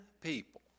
people